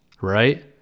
right